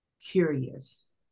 curious